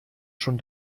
schon